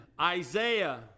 Isaiah